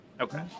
Okay